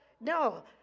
No